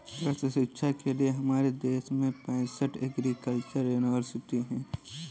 कृषि शिक्षा के लिए हमारे देश में पैसठ एग्रीकल्चर यूनिवर्सिटी हैं